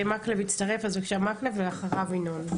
חבר הכנסת מקלב הצטרף, אז עכשיו מקלב ואחריו ינון.